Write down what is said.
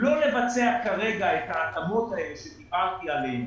לא לבצע כרגע את ההתאמות האלה שדיברתי עליהן